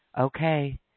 Okay